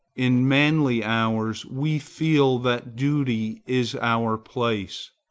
in manly hours we feel that duty is our place.